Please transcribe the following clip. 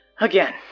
again